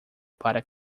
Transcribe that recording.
para